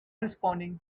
responding